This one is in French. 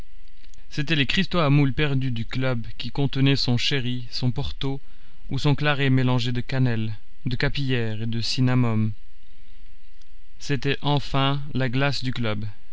c'étaient les cristaux à moule perdu du club qui contenaient son sherry son porto ou son claret mélangé de cannelle de capillaire et de cinnamome c'était enfin la glace du club